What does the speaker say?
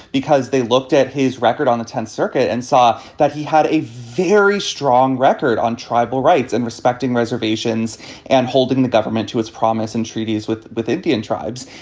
because they looked at his record on the tenth circuit and saw that he had a very strong record on tribal rights and respecting reservations and holding the government to its promise and treaties with with indian tribes.